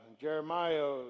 Jeremiah